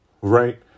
Right